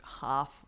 half